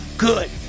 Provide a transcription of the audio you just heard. Good